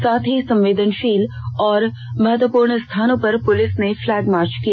साथ ही संवेदनशील और महत्वपूर्ण स्थानों पर पुलिस ने फ्लैग मार्च किया